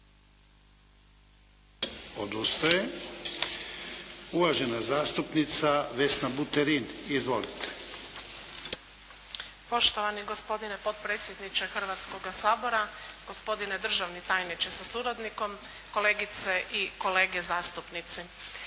Odustaje. Uvažena zastupnica Vesna Buterin. Izvolite. **Buterin, Vesna (HDZ)** Poštovani gospodine potpredsjedniče Hrvatskoga sabora, gospodine državni tajniče sa suradnikom, kolegice i kolege zastupnici.